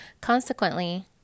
Consequently